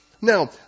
Now